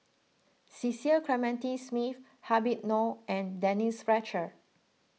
Cecil Clementi Smith Habib Noh and Denise Fletcher